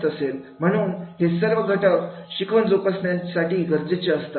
म्हणून हे सर्व घटक शिकवण जोपासण्यासाठी गरजेचे असतात